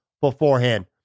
beforehand